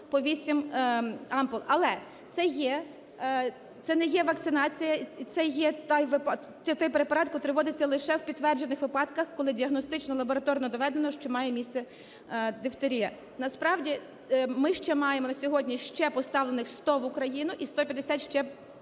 по 8 ампул. Але це не є вакцинація, це є той препарат, котрий вводиться лише в підтверджених випадках, коли діагностично, лабораторно доведено, що має місце дифтерія. Насправді ми ще маємо на сьогодні ще поставлених 100 в Україну і 150 ще